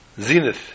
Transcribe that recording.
zenith